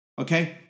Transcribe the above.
Okay